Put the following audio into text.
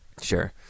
Sure